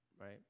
right